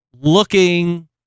looking